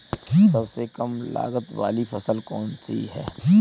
सबसे कम लागत वाली फसल कौन सी है?